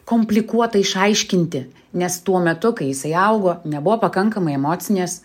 komplikuota išaiškinti nes tuo metu kai jisai augo nebuvo pakankamai emocinės